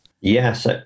Yes